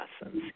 essence